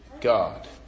God